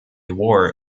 war